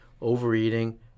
overeating